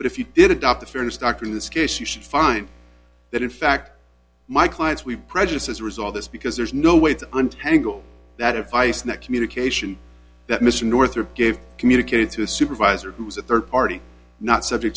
but if you did adopt the fairness doctrine this case you should find that in fact my clients we prejudiced as a result of this because there's no way to untangle that if i said that communication that mr northrop gave communicated to a supervisor who was a rd party not subject